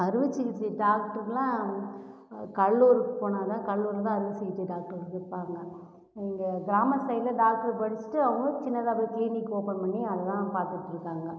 அறுவை சிகிச்சை டாக்டர்லாம் கடலூருக்கு போனால் தான் கடலூரில் தான் அறுவை சிகிச்சை டாக்டர்கள் இருப்பாங்க எங்கள் கிராம சைடில் டாக்டருக்கு படிச்சுட்டு அவங்க சின்னதாகவே கிளினிக் ஓப்பன் பண்ணி அதை தான் பார்த்துட்டு இருக்காங்க